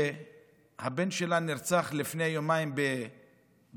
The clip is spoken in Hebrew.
שהבן שלהם נרצח לפני יומיים בחיפה,